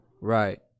Right